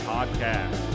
Podcast